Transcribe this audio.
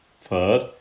Third